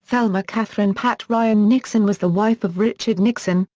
thelma catherine pat ryan nixon was the wife of richard nixon,